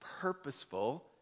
purposeful